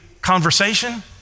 conversation